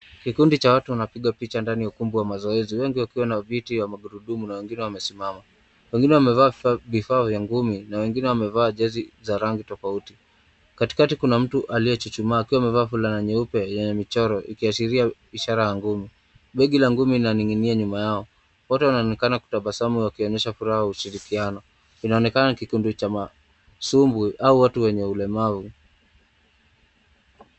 Kikundi cha watu wanapigwa picha ndani ya ukumbi wa mazoezi, wengi wakiwa na viti vya magurudumu na wengine wamesimama. Wengine wamevaa vifaa vya ngumi na wengine wamevaa jezi za rangi tofauti. Katikati kuna mtu aliyechuchuma, akiwa amevaa fulana nyeupe yenye michoro ikiashiria ishara ya ngumi. Begi la ngumi linaning'inia nyuma yao. Wote wanaonekana kutabasamu wakionyesha furaha na ushirikiano. Inaonekana ni kikundi cha masumbwi au watu wenye ulemavu.